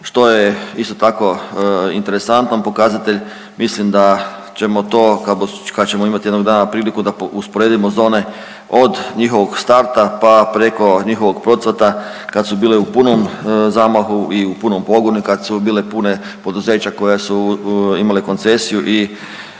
što je isto tako interesantan pokazatelj. Mislim da ćemo to kad ćemo imati jednog dana priliku da usporedimo zone od njihovog starta pa preko njihovog procvata kad su bile u punom zamahu i u punom pogonu i kad su bile pune poduzeća koja su imale koncesiju i